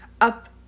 up